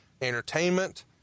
entertainment